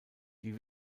die